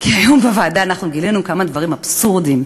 כי אנחנו גילינו היום בוועדה כמה דברים אבסורדיים,